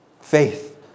Faith